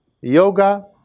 yoga